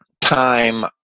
time